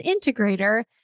integrator